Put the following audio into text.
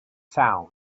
sound